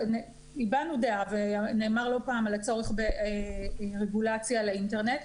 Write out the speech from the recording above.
הבענו דעה ונאמר לא פעם על הצורך ברגולציה על האינטרנט,